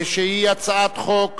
שהיא הצעת חוק